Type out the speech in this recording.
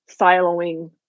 siloing